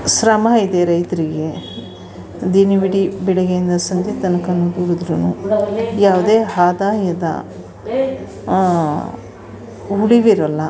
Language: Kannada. ಶ್ರಮ ಇದೆ ರೈತರಿಗೆ ದಿನವಿಡೀ ಬೆಳಗ್ಗೆ ಇಂದ ಸಂಜೆ ತನ್ಕಾ ದುಡಿದ್ರೂ ಯಾವುದೇ ಆದಾಯದ ಉಳಿವಿರೋಲ್ಲ